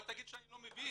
אל תגיד שאני לא מבין.